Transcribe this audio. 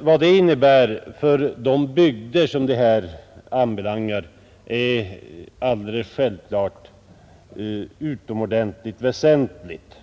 Vad de berörda bygderna anbelangar är detta alldeles självfallet utomordentligt väsentligt.